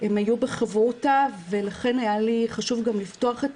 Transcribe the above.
הם היו בחברותה ולכן היה לי חשוב גם לפתוח את